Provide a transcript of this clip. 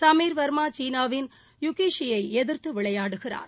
சமீர்வர்மா சீனாவின் யூக்கிஷி யைஎதிர்த்துவிளையாடுகிறார்